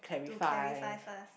to clarify first